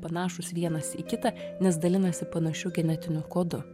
panašūs vienas į kitą nes dalinasi panašiu genetiniu kodu